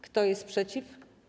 Kto jest przeciw?